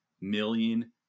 million